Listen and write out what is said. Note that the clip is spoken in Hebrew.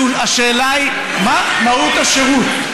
השאלה היא מה מהות השירות.